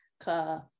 ka